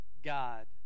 God